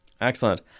Excellent